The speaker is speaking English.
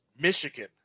Michigan